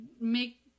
make